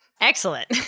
Excellent